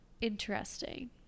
interesting